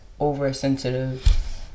oversensitive